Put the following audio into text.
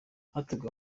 hateguwe